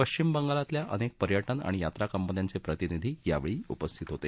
पश्चिम बंगालमधल्या अनेक पर्यटन आणि यात्रा कंपन्यांचे प्रतिनिधी यावेळी उपस्थित होते